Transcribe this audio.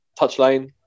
touchline